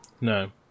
No